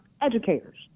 educators